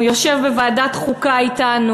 הוא יושב בוועדת חוקה אתנו,